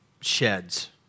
sheds